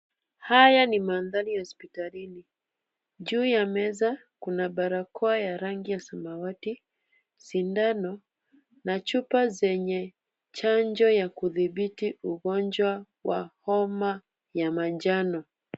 Haya ni mandhari ya hospitalini. Juu ya meza kuna barakoa ya rangi ya samawati, sindano na chupa zenye chanjo ya kuthibiti ugonjwa wa homa ya manjano.